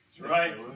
right